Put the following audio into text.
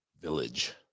village